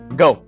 go